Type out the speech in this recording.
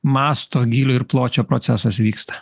masto gylio ir pločio procesas vyksta